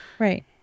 Right